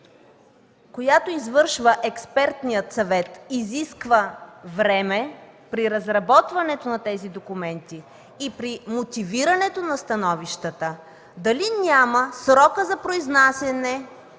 която извършва експертният съвет, изисква време при разработването на тези документи и при мотивирането на становищата, дали няма срокът за произнасяне